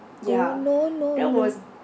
oh no no no